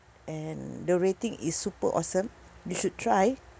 and the rating is super awesome you should try